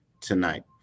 tonight